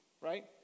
right